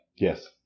Yes